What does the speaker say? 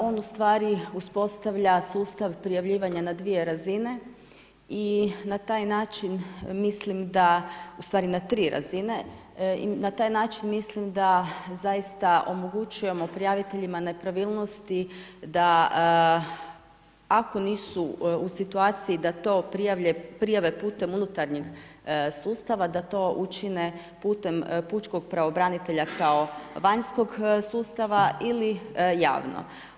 On ustvari uspostavlja sustav prijavljivanja na 2 razine i na taj način, mislim da, ustvari na 3 razine, na taj način, mislim da zaista omogućujemo prijaviteljima nepravilnosti, da ako nisu u situaciji da to prijave unutarnjeg sustava, da to učine putem pučkog pravobranitelja kao vanjskog sustava ili javno.